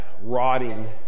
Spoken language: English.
rotting